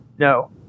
No